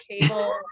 cable